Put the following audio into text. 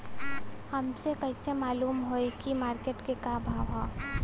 हमके कइसे मालूम होई की मार्केट के का भाव ह?